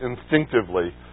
instinctively